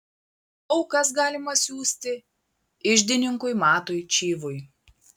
aukas galima siųsti iždininkui matui čyvui